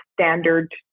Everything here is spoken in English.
standard